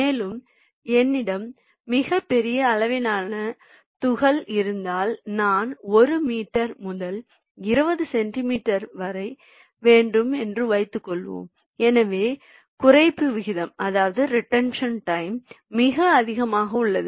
மேலும் என்னிடம் மிகப் பெரிய அளவிலான துகள் இருந்தால் நான் 1 மீட்டர் முதல் 20 சென்டிமீட்டர் வரை வேண்டும் என்று வைத்துக்கொள்வோம் எனவே குறைப்பு விகிதம் மிக அதிகமாக உள்ளது